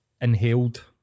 inhaled